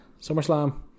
SummerSlam